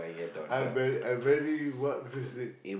I very I very what to say